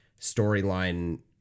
storyline